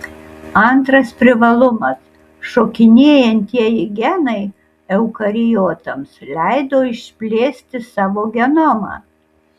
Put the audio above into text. antras privalumas šokinėjantieji genai eukariotams leido išplėsti savo genomą